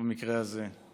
במקרה הזה,